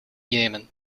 jemen